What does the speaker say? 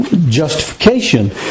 justification